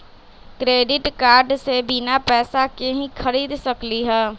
Credit card से बिना पैसे के ही खरीद सकली ह?